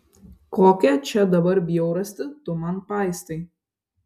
kokią čia dabar bjaurastį tu man paistai